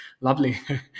lovely